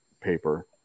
paper